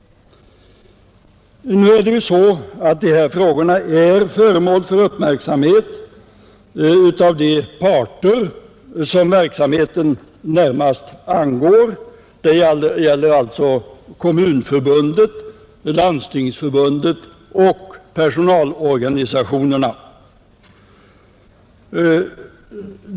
Nu är ju dessa frågor föremål för uppmärksamhet av de parter som verksamheten närmast angår. Det gäller alltså Kommunförbundet, Landstingsförbundet och personalorganisationerna.